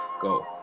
go